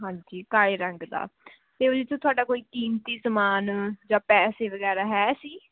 ਹਾਂਜੀ ਕਾਲੇ ਰੰਗ ਦਾ ਅਤੇ ਉਹਦੇ 'ਚ ਤੁਹਾਡਾ ਕੋਈ ਕੀਮਤੀ ਸਮਾਨ ਜਾਂ ਪੈਸੇ ਵਗੈਰਾ ਹੈ ਸੀ